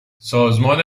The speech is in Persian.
سازمان